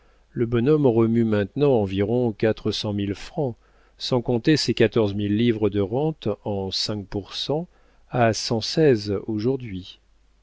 le bonhomme remue maintenant environ quatre cent mille francs sans compter ses quatorze mille livres de rente en cinq pour cent à cent seize aujourd'hui